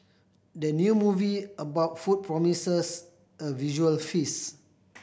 the new movie about food promises a visual feast